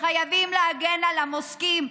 שחייבים להגן על המוסקים,